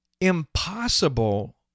impossible